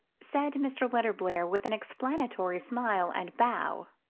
said mr. letterblair with an explanatory smile and bow.